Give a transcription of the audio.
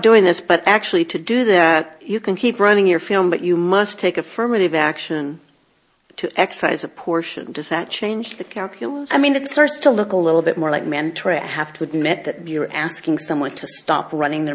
doing this but actually to do that you can keep running your film but you must take affirmative action to excise a portion does that change the calculus i mean it starts to look a little bit more like mantra i have to admit that you're asking someone to stop running their